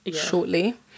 shortly